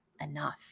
enough